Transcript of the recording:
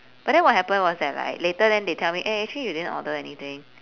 but then what happened was that like later then tell me eh actually you didn't order anything